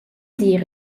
dir